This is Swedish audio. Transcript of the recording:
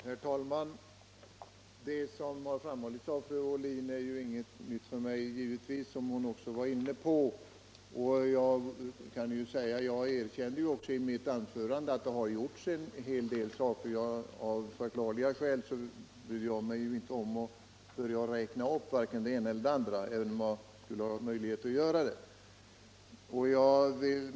Herr talman! Det som framhållits av fru Ohlin är, såsom hon också nämnde, givetvis inget nytt för mig. Jag erkände också i mitt anförande att det har vidtagits en hel del åtgärder. Av förklarliga skäl brydde jag mig inte om att räkna upp något av detta, även om jag i och för sig skulle ha haft möjligheter att göra det.